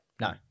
No